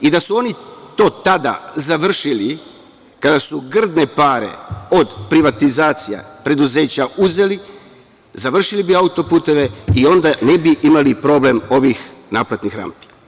Da su oni to tada završili, kada su grdne pare od privatizacija preduzeća uzeli završili bi autoputeve i onda ne bi imali problem ovih naplatnih rampi.